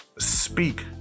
Speak